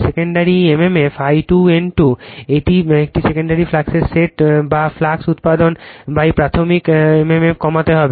secondary mmf I2 N2 একটি secondary ফ্লাক্সের set যা ফ্লাক্স উত্পাদন প্রাথমিক mmf কমাতে থাকে